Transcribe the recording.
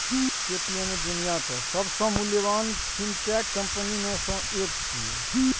Paytm दुनियाक सबसं मूल्यवान फिनटेक कंपनी मे सं एक छियै